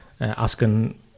asking